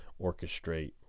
orchestrate